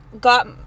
got